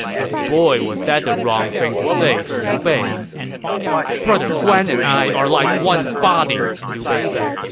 but boy was that the wrong thing to say to liu bei brother guan and i are like one body, liu bei said.